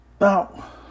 Now